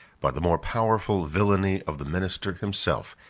by the more powerful villany of the minister himself,